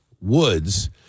woods